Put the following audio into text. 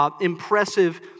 impressive